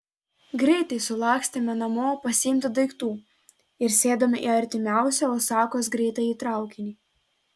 greitai sulakstėme namo pasiimti daiktų ir sėdome į artimiausią osakos greitąjį traukinį